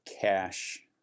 cash